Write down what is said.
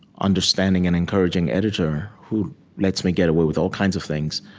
understanding, and encouraging editor, who lets me get away with all kinds of things,